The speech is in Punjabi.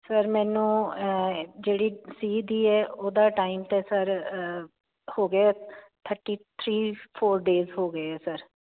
ਸਰ ਮੈਨੂੰ ਜਿਹੜੀ ਸੀਧੀ ਹੈ ਉਹਦਾ ਟਾਈਮ ਤੇ ਸਰ ਹੋ ਗਏ ਥਰਟੀ ਥ੍ਰੀ ਫੋਰ ਡੇਜ਼ ਹੋ ਗਏ ਆ ਸਰ